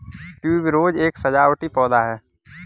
tuberose एक सजावटी पौधा है